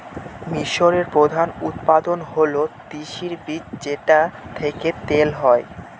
মিশরের প্রধান উৎপাদন হল তিসির বীজ যেটা থেকে তেল হয়